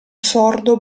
sordo